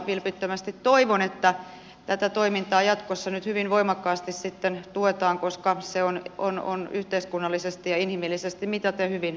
vilpittömästi toivon että tätä toimintaa jatkossa nyt hyvin voimakkaasti sitten tuetaan koska se on yhteiskunnallisesti ja inhimillisesti mitaten hyvin tärkeää työtä